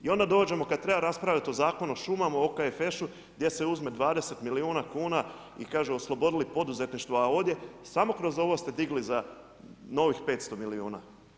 I onda dođemo, kad treba raspravljati o Zakonu o šumama, OKFŠ-u, gdje se uzme 20 milijuna kuna i kaže: oslobodili poduzetništvo, a ovdje samo kroz ovo ste digli za novih 500 milijuna.